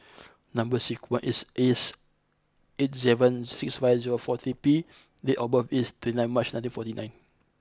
number sequence is S eight seven six five zero four three P date of birth is twenty ninth March nineteen forty nine